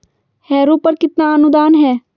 Harrow पर कितना अनुदान है?